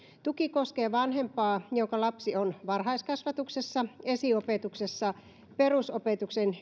tuki koskee vanhempaa jonka lapsi on varhaiskasvatuksessa esiopetuksessa perusopetuksen